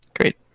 Great